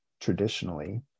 traditionally